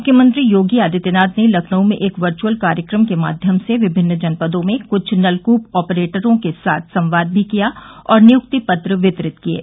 मुख्यमंत्री योगी आदित्यनाथ ने लखनऊ में एक वर्च्अल कार्यक्रम के माध्यम से विभिन्न जनपदों में क्छ नलक्प ऑपरेटरों के साथ संवाद भी किया और नियुक्ति पत्र वितरित किये